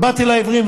ובאתי לעיוורים,